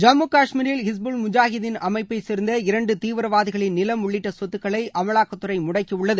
ஜம்மு கஷ்மீரில் இஸ்புல் முஜாஹீதின் அமைப்பைச் சேர்ந்த இரண்டு தீவிரவாதிகளின் நிலம் உள்ளிட்ட சொத்துக்களை அமலாக்கத்துறை முடக்கியுள்ளது